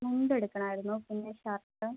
മുണ്ട് എടുക്കണമായിരുന്നു പിന്നെ ഷർട്ട്